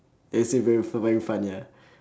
they say very f~ very fun ya